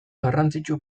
garrantzitsu